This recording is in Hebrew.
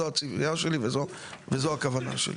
זו הציפייה שלי וזו הכוונה שלי.